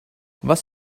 was